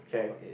okay